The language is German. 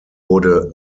wurde